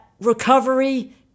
recovery